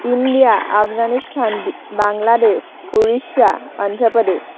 India Afghanistan Bangladesh Orissa Andhra Pradesh